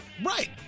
Right